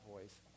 voice